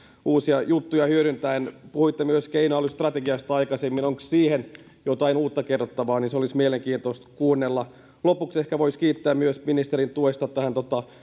uusia juttuja hyödyntäen puhuitte myös keinoälystrategiasta aikaisemmin onko siitä jotain uutta kerrottavaa sitä olisi mielenkiintoista kuunnella lopuksi ehkä voisi kiittää myös ministerin tuesta tähän